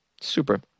Super